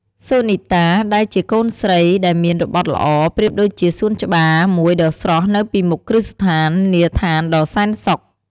សុនីតា ដែលជាកូនស្រីដែលមានរបត់ល្អ ប្រៀបដូចជាសួនច្បារមួយដ៏ស្រស់នៅពីមុខគ្រឹះស្ថាន នាឋានដ៏សែនសុខ។